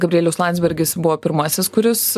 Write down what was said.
gabrielius landsbergis buvo pirmasis kuris